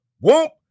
Whoop